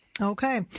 Okay